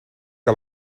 que